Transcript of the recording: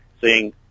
seeing